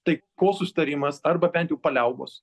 taikos susitarimas arba bent jau paliaubos